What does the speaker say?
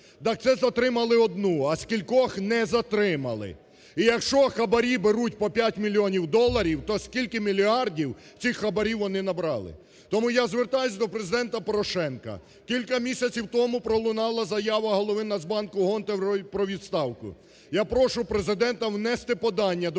Так це затримали одну, а скількох не затримали! І якщо хабарі беруть по 5 мільйонів доларів, то скільки мільярдів цих хабарів вони набрали. Тому я звертаюся до Президента Порошенка. Кілька місяців тому пролунала заява голови Нацбанку Гонтаревої про відставку. Я прошу Президента внести подання до Верховної